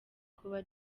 kuba